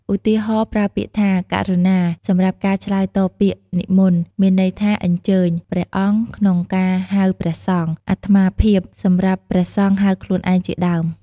ឧទាហរណ៍ ប្រើពាក្យថា "ករុណា" សម្រាប់ការឆ្លើយតប ពាក្យ"និមន្ត" មានន័យថា អញ្ជើញ "ព្រះអង្គ" ក្នុងការហៅព្រះសង្ឃ "អាត្មាភាព" សម្រាប់ព្រះសង្ឃហៅខ្លួនឯង ជាដើម។